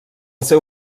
seu